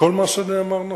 כל מה שנאמר נכון.